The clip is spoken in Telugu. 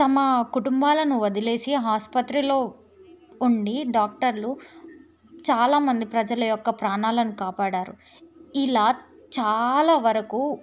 తమ కుటుంబాలను వదిలేసి ఆసుపత్రిలో ఉండి డాక్టర్లు చాలా మంది ప్రజల యొక్క ప్రాణాలను కాపాడారు ఇలా చాలా వరకు